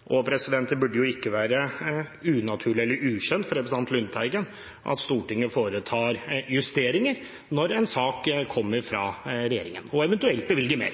til regjeringen. Det burde jo ikke være unaturlig eller ukjent for representanten Lundteigen at Stortinget foretar justeringer når en sak kommer fra regjeringen, og eventuelt bevilger mer.